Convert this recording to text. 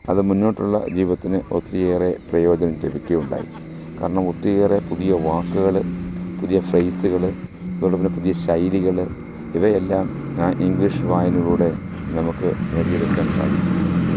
അത് മുന്നോട്ടുള്ള ജീവിതത്തിന് ഒത്തിരിയേറെ പ്രയോജനം ലഭിക്കുകയുണ്ടായി കാരണം ഒത്തിരിയേറെ പുതിയ വാക്കുകൾ പുതിയ ഫേയ്സ്സ്കൾ അതുപോലെ തന്നെ പുതിയ ശൈലികൾ ഇവയെല്ലാം ആ ഇങ്ക്ളീഷ് വായനയിലൂടെ നമുക്ക് നേടിയെടുക്കാൻ സാധിച്ചു